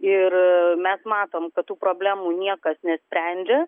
ir mes matom kad tų problemų niekas nesprendžia